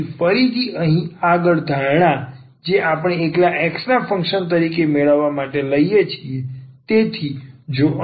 તેથી ફરીથી અહીં આગળ ધારણા જે આપણે આ એકલા x ના ફંક્શન તરીકે મેળવવા માટે લઈએ છીએ